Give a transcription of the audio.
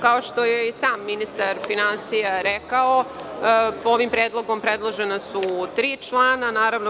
Kao što je i sam ministar finansija rekao, ovim predlogom predložena su tri člana.